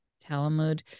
Talmud